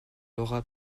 laura